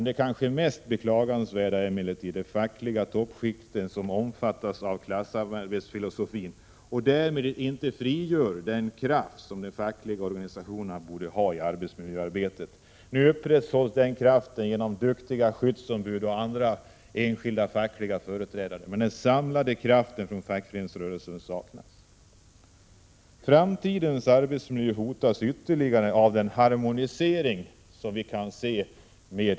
Det kanske mest beklagansvärda är emellertid det fackliga toppskiktet, som omfattar klassamarbetsfilosofin — och därmed inte frigör den kraft som de fackliga organisationerna borde ha i arbetsmiljöarbetet. Nu uppnås den kraften genom duktiga skyddsombud och andra enskilda fackliga företrädare, men den samlande kraften från fackföreningsrörelsen saknas. Framtidens arbetsmiljö hotas ytterligare av den harmonisering med EG som vi skall iaktta.